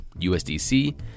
USDC